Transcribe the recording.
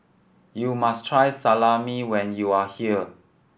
you must try Salami when you are here